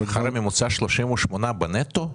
שכר ממוצע 38 אלף שקלים בנטו?